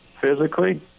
physically